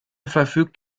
verfügt